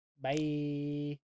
Bye